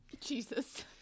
Jesus